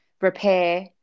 repair